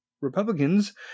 Republicans